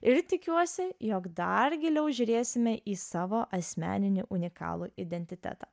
ir tikiuosi jog dar giliau žiūrėsime į savo asmeninį unikalų identitetą